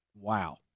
Wow